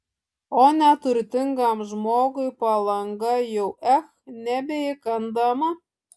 o neturtingam žmogui palanga jau ech nebeįkandama